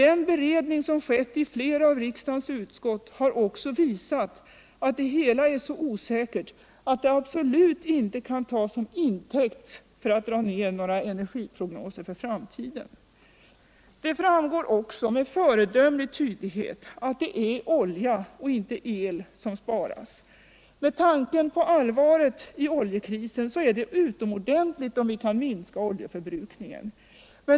Den beredning som har skett i flera av riksdagens utskott har också visat att hela planen är så osäker att den absolut inte kan tas som intäkt för att dra ned några energiprognoser för framtiden. Det framgår också med föredömlig tydlighet att det är olja och inte el som sparas. Med tanke på allvaret i oljekrisen är det utomordentligt om vi kan minska vår oljeförbrukning.